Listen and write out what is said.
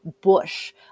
bush